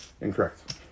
Incorrect